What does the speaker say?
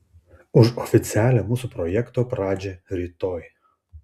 už oficialią mūsų projekto pradžią rytoj